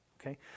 Okay